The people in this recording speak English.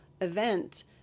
event